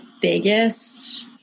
biggest